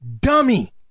dummy